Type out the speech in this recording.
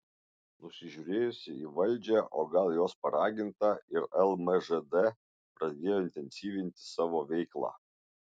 nusižiūrėjusi į valdžią o gal jos paraginta ir lmžd pradėjo intensyvinti savo veiklą